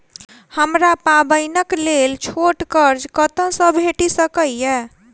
हमरा पाबैनक लेल छोट कर्ज कतऽ सँ भेटि सकैये?